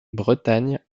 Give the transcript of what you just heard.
bretagne